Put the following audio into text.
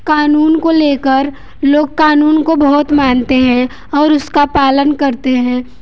कानून को लेकर लोग कानून को बहुत मानते हैं और उसका पालन करते हैं